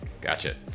Gotcha